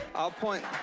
i'll point